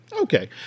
Okay